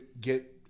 get